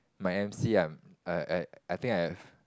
my M_C um I I I think I have